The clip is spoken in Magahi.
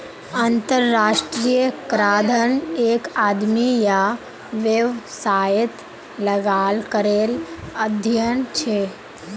अंतर्राष्ट्रीय कराधन एक आदमी या वैवसायेत लगाल करेर अध्यन छे